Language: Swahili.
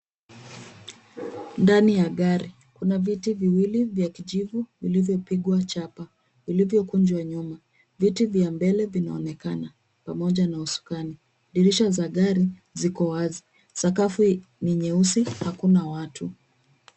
Ndani ya gari kuna viti viwili vya kijivu vilivyopigwa chapa vilivyokunjwa nyuma. Viti vya mbele vinaonekana pamoja na usukani. Dirisha la gari ziko wazi. Sakafu ni nyeusi, hakuna watu.